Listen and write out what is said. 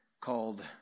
called